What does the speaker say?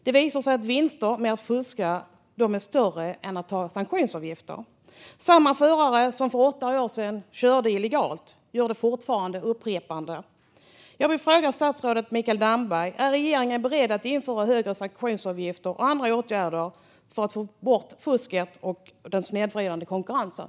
Det visar sig att vinsterna med att fuska är större än sanktionsavgifterna. Samma förare som för åtta år sedan körde illegalt gör det fortfarande, upprepande. Jag vill fråga statsrådet Mikael Damberg: Är regeringen beredd att införa högre sanktionsavgifter och andra åtgärder för att få bort fusket och den snedvridna konkurrensen?